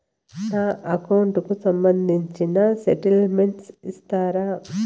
నా అకౌంట్ కు సంబంధించిన స్టేట్మెంట్స్ ఇస్తారా